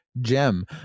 Gem